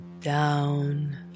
down